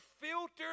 filter